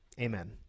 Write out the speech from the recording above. Amen